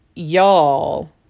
Y'all